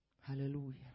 Hallelujah